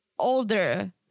older